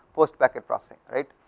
post packet processing right,